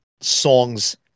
songs